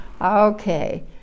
okay